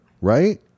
right